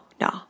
no